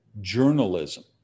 journalism